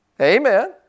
Amen